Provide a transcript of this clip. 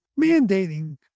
mandating